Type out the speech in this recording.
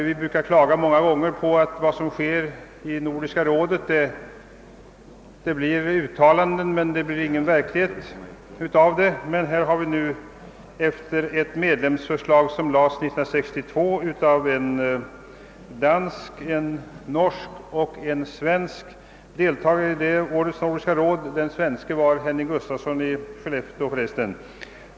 Vi klagar många gånger över att Nordiska rådet gör uttalanden som aldrig blir verklighet, men här har vi ett förslag som framlades år 1962 av en dansk, en norsk och en svensk deltagare i Nordiska rådets session detta år; den svenske deltagaren var herr Henning Gustafsson i Skellefteå.